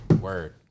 Word